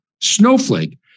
Snowflake